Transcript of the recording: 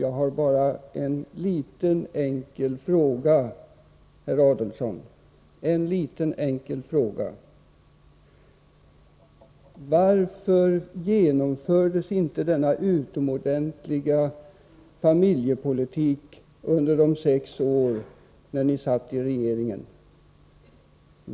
Jag har bara en liten enkel fråga, herr Adelsohn, en liten enkel fråga: Varför genomfördes inte denna utomordentliga familjepolitik under de sex år då vi hade borgerliga regeringar?